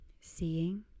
seeing